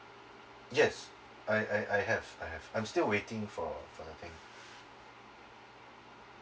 yes I I I have I have I'm still waiting for for the thing